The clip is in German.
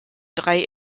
drei